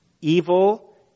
evil